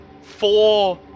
four